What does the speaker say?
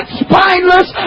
spineless